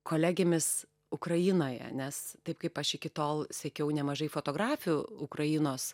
kolegėmis ukrainoje nes taip kaip aš iki tol sekiau nemažai fotografių ukrainos